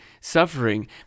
suffering